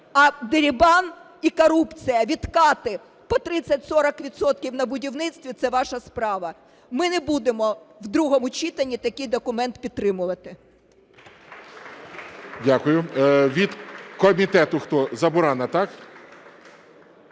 а дерибан і корупція, відкати по 30-40 відсотків на будівництві – це ваша справа. Ми не будемо в другому читанні такий документ підтримувати.